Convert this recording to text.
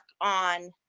on